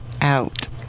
out